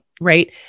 right